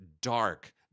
dark